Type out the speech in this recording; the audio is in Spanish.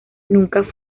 nunca